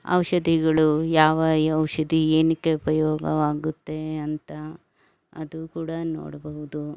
ಔಷಧಿಗಳು ಯಾವ ಔಷಧಿ ಏನಕ್ಕೆ ಉಪಯೋಗವಾಗುತ್ತೆ ಅಂತ ಅದು ಕೂಡ ನೋಡ್ಬಹ್ದು